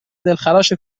دلخراش